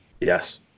Yes